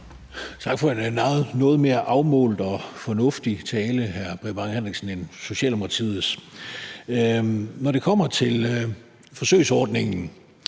for en noget mere afmålt og fornuftig tale end Socialdemokratiets. Når det kommer til forsøgsordningen,